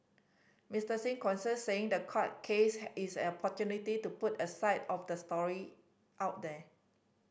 Mister Singh concurred saying the court case has is an opportunity to put a side of the story out there